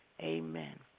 Amen